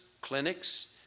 clinics